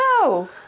No